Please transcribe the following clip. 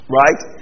right